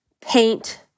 paint